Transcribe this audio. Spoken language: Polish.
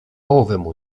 owemu